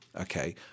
okay